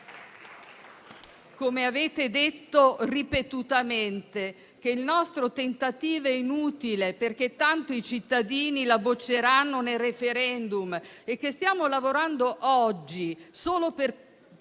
come avete detto ripetutamente - che il nostro tentativo è inutile perché tanto i cittadini la bocceranno al *referendum* e che stiamo lavorando oggi solo per